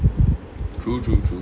true true true